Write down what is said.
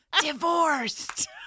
divorced